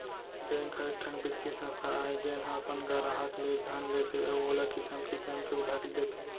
bank ह एकठन बित्तीय संस्था आय जेन ह अपन गराहक ले धन लेथे अउ ओला किसम किसम के उधारी देथे